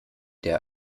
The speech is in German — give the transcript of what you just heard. der